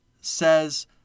says